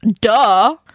Duh